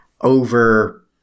over